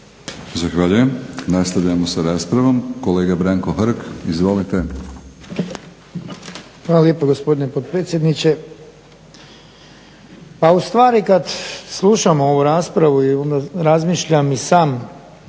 Zahvaljujem. Nastavljamo sa raspravom. Kolega Branko Hrg, izvolite. **Hrg, Branko (HSS)** Hvala lijepo gospodine potpredsjedniče. Pa u stvari kad slušam ovu raspravu onda razmišljam i sam